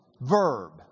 verb